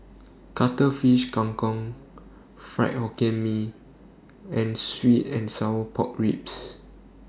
Cuttlefish Kang Kong Fried Hokkien Mee and Sweet and Sour Pork Ribs